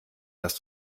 dass